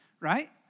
right